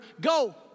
go